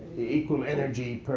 equal energy